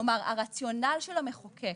כלומר, הרציונל של המחוקק